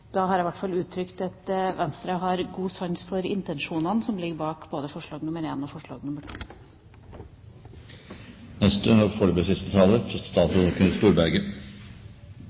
da har jeg i hvert fall uttrykt at Venstre har stor sans for intensjonene som ligger bak både forslag nr. 1 og forslag